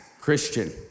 Christian